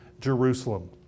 Jerusalem